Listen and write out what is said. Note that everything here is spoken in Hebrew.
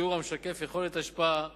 שיעור המשקף יכולת השפעה